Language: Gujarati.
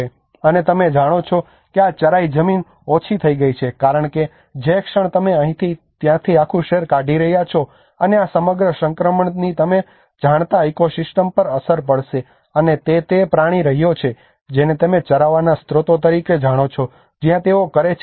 અને તમે જાણો છો કે આ ચરાઈ જમીન ઓછી થઈ ગઈ છે કારણ કે જે ક્ષણ તમે અહીંથી ત્યાંથી આખું શહેર કાઢી રહ્યા છો અને આ સમગ્ર સંક્રમણની તમે જાણતા ઇકોસિસ્ટમ પર અસર પડશે અને તે તે પ્રાણી રહ્યો છે જેને તમે ચરાવવાનાં સ્ત્રોતો તરીકે જાણો છો જ્યાં તેઓ કરે છે